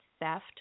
theft